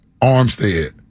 Armstead